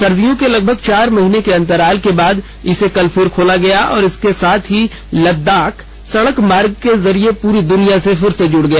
सर्दियों के लगभग चार महीने के अंतराल के बाद इसे कल फिर खोला गया और इसके साथ ही लद्दाख सड़क मार्ग के जरिये पूरी दुनिया से फिर जुड़ गया